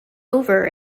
over